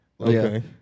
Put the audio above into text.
Okay